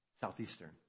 Southeastern